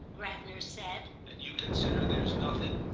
gravener said. and you consider there's nothing?